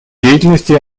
деятельности